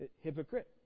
Hypocrite